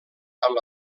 amb